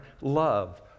love